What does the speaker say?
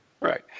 Right